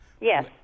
Yes